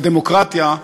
בדמוקרטיה,